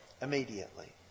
immediately